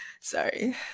Sorry